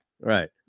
Right